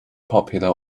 popular